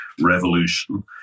revolution